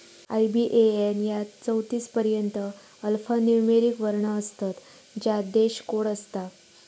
IBAN यात चौतीस पर्यंत अल्फान्यूमोरिक वर्ण असतत ज्यात देश कोड असता